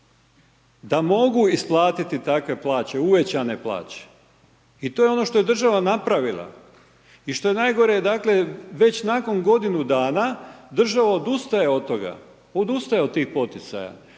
da mogu isplatiti takve plaće, uvećane plaće. I to je ono što je država napravila. I što je najgore dakle već nakon godinu dana država odustaje od toga, odustaje od tih poticaja.